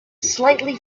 slightly